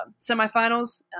semifinals